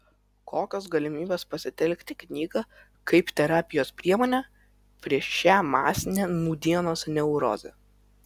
kokios galimybės pasitelkti knygą kaip terapijos priemonę prieš šią masinę nūdienos neurozę